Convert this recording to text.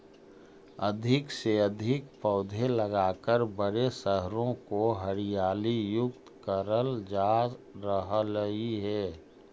अधिक से अधिक पौधे लगाकर बड़े शहरों को हरियाली युक्त करल जा रहलइ हे